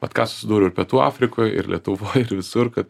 vat ką susidūriau ir pietų afrikoj ir lietuvoj visur kad